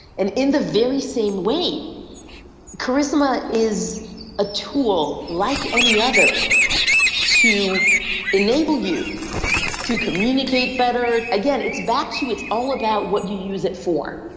and in the very same way charisma is a tool like any other to enable you to communicate better. again it's back to it's all about what you use it for.